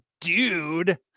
dude